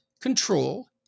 control